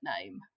name